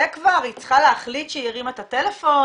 היא צריכה להחליט שהיא הרימה את הטלפון,